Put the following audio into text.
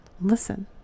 listen